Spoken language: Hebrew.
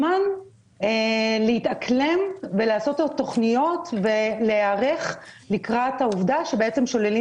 לתת להן זמן להתאקלם ולעשות תכניות ולהיערך לקראת העובדה שבעצם שוללים